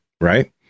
right